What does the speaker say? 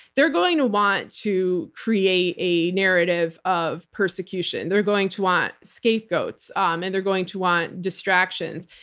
they're going to want to create a narrative of persecution. they're going to want scapegoats um and they're going to want distractions.